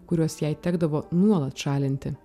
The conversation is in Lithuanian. kuriuos jai tekdavo nuolat šalinti